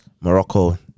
Morocco